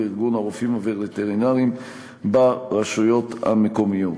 ארגון הרופאים הווטרינרים ברשויות המקומיות.